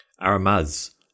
Aramaz